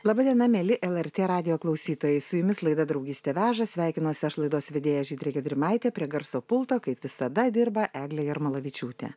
laba diena mieli lrt radijo klausytojai su jumis laida draugystė veža sveikinuosi aš laidos vedėja žydrė gedrimaitė prie garso pulto kaip visada dirba eglė jarmalavičiūtė